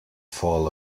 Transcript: fall